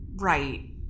Right